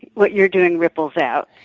what you're doing ripples out.